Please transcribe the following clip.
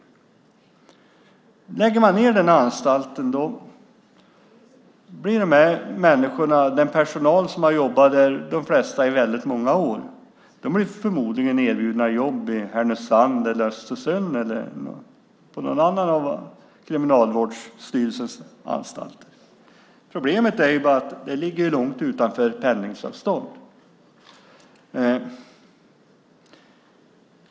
Om man lägger ned den anstalten blir de här människorna - den personal som har jobbat där, varav de flesta i många år - förmodligen erbjudna jobb i Härnösand eller Östersund eller på någon annan av Kriminalvårdsstyrelsens anstalter. Problemet är bara att de ligger långt utanför pendlingsavstånd.